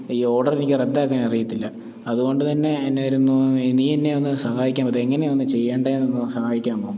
ഈ ഓർഡർ എനിക്ക് റദ്ദാക്കാൻ അറിയത്തില്ല അതുകൊണ്ട് തന്നെ എന്നായിരുന്നു നീ എന്നെ ഒന്ന് സഹായിക്കാമോ ഇതെങ്ങനെയാണ് ഒന്ന് ചെയ്യേണ്ടത് എന്നൊന്ന് സഹായിക്കാമോ